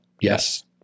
Yes